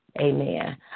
Amen